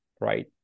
right